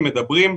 מדברים,